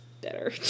better